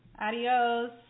adios